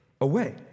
away